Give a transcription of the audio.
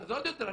אז עוד יותר.